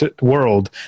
world